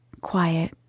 quiet